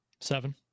Seven